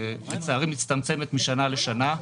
שלצערי מצטמצמת משנה לשנה.